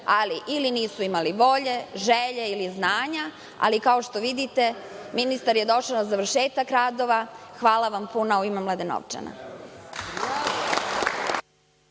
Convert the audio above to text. ali ili nisu imali volje, želje ili znanja, ali kao što vidite, ministar je došao na završetak radova. Hvala vam puno u ime Mladenovčana.